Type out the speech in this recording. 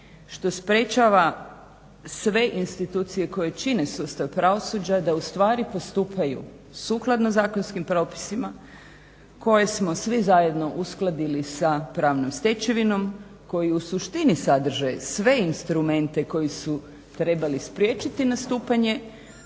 što sprječava sve institucije koje čine sustav pravosuđa da ustvari postupaju sukladno zakonskim propisima koje smo svi zajedno uskladili sa pravnom stečevinom koji u suštini sadrže sve instrumente koji su trebali spriječiti nastupanje